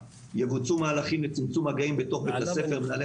יבוצעו מהלכים לצמצום מגעים בתוך בית הספר ומנהלי